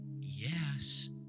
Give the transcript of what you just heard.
Yes